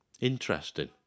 Interesting